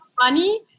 money